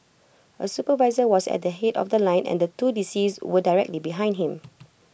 A supervisor was at the Head of The Line and two deceased were directly behind him